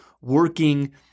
working